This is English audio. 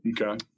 Okay